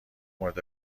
مورد